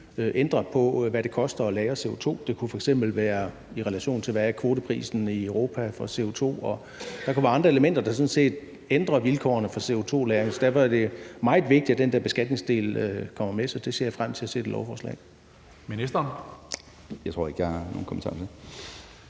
ændrer på, hvad det koster at lagre CO2. Det kunne f.eks. være i relation til, hvad kvoteprisen er i Europa for CO2, og der kunne der være andre elementer, der sådan set ændrer vilkårene for CO2-lagring. Derfor er det meget vigtigt, at den der beskatningsdel kommer med. Så det lovforslag ser jeg frem til at se. Kl.